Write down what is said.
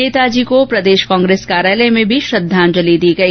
नेताजी को प्रदेश कांग्रेस कार्यालय में भी श्रद्दांजलि अर्पित की गई